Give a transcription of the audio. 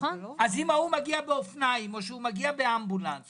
אז אם ההוא מגיע באופניים או שהוא מגיע באמבולנס,